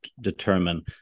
determine